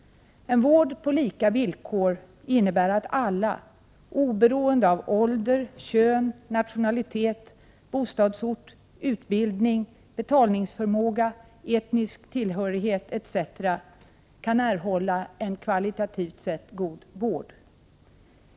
Vård på lika villkor innebär att alla — oberoende av ålder, kön, nationalitet, bostadsort, utbildning, betalningsförmåga, etnisk tillhörighet etc. — kan erhålla kvalitativt god vård.